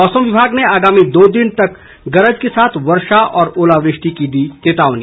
मौसम विभाग ने आगामी दो दिन तक गरज के साथ वर्षा व ओलावृष्टि की दी चेतावनी